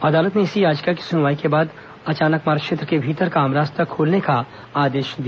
अदालत ने इसी याचिका की सुनवाई के बाद अचानकमार क्षेत्र के भीतर का आम रास्ता खोलने का आदेश दिया